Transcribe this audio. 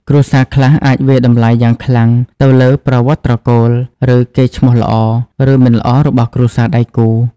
គ្រួសារខ្លះអាចវាយតម្លៃយ៉ាងខ្លាំងទៅលើប្រវត្តិត្រកូល ឬកេរ្តិ៍ឈ្មោះល្អ ឬមិនល្អរបស់គ្រួសារដៃគូ។